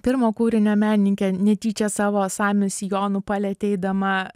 pirmo kūrinio menininkė netyčia savo sami sijonu palietė eidama